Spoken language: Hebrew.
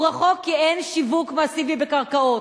הוא רחוק, כי אין שיווק מסיבי בקרקעות.